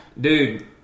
Dude